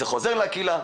זה חוזר לקהילה,